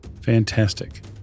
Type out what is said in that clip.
Fantastic